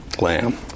Lamb